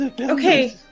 Okay